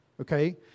Okay